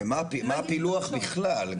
מה הפילוח בכלל?